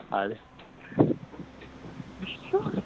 اَدٕ